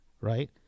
right